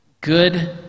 good